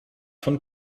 von